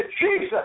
Jesus